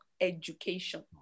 education